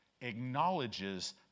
acknowledges